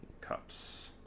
Cups